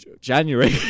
January